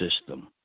system